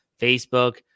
Facebook